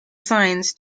signs